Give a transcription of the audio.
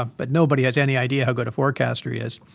um but nobody has any idea how good a forecaster he is.